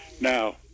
Now